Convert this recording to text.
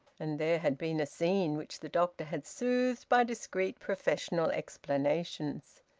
and there had been a scene which the doctor had soothed by discreet professional explanations.